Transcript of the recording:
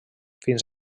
fins